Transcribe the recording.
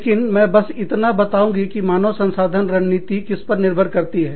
लेकिन मैं बस इतना बताओगे कि मानव संसाधन रणनीति किस पर निर्भर करती है